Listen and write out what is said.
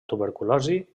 tuberculosi